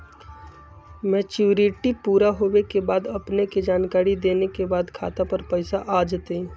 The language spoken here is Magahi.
मैच्युरिटी पुरा होवे के बाद अपने के जानकारी देने के बाद खाता पर पैसा आ जतई?